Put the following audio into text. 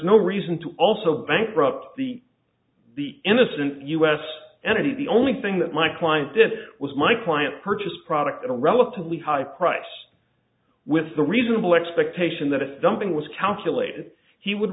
no reason to also bankrupt the the innocent us entity the only thing that my client did was my client purchased product at a relatively high price with the reasonable expectation that if something was calculated he would